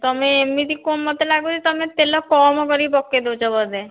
ତୁମେ ଏମିତି କ'ଣ ମୋତେ ଲାଗୁଛି ତୁମେ ତେଲ କମ୍ କରିକି ପକେଇ ଦେଉଛ ବୋଧେ